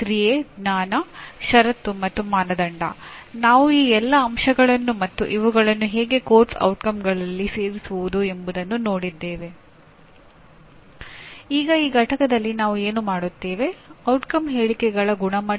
ಆದ್ದರಿಂದ ಇನ್ನು ಮುಂದೆ ನಿರ್ದಿಷ್ಟ ವಿಭಾಗ ಅಥವಾ ವಿಷಯದ ಆಧಾರದ ಮೇಲೆ ಪಠ್ಯಕ್ರಮವನ್ನು ವಿನ್ಯಾಸಗೊಳಿಸುವ ಪರಿಯಿಲ್ಲ